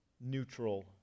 neutral